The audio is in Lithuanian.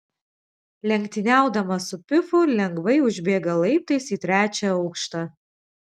lenktyniaudamas su pifu lengvai užbėga laiptais į trečią aukštą